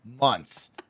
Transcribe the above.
months